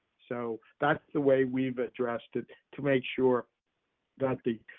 so that's the way we've addressed it. to make sure that the